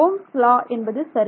ohms law என்பது சரி